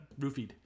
roofied